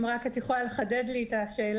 אם רק את יכולה לחדד לי את השאלה.